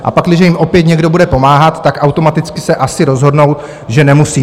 A pakliže jim opět někdo bude pomáhat, automaticky se asi rozhodnou, že nemusí.